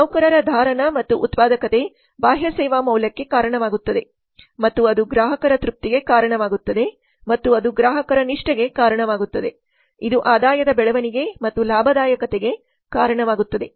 ನೌಕರರ ಧಾರಣ ಮತ್ತು ಉತ್ಪಾದಕತೆ ಬಾಹ್ಯ ಸೇವಾ ಮೌಲ್ಯಕ್ಕೆ ಕಾರಣವಾಗುತ್ತದೆ ಮತ್ತು ಅದು ಗ್ರಾಹಕರ ತೃಪ್ತಿಗೆ ಕಾರಣವಾಗುತ್ತದೆ ಮತ್ತು ಅದು ಗ್ರಾಹಕರ ನಿಷ್ಠೆಗೆ ಕಾರಣವಾಗುತ್ತದೆ ಇದು ಆದಾಯದ ಬೆಳವಣಿಗೆ ಮತ್ತು ಲಾಭದಾಯಕತೆಗೆ ಕಾರಣವಾಗುತ್ತದೆ